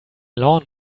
lawn